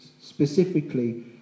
specifically